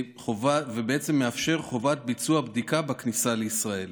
ובעצם מאפשר חובת ביצוע בדיקה בכניסה לישראל